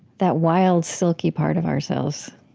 that wild, silky part of ourselves.